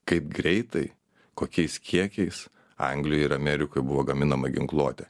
kaip greitai kokiais kiekiais anglijoj ir amerikoj buvo gaminama ginkluotė